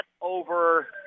over